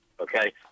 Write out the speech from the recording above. Okay